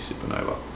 Supernova